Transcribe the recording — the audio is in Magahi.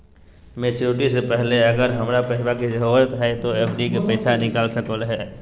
मैच्यूरिटी से पहले अगर हमरा पैसा के जरूरत है तो एफडी के पैसा निकल सको है?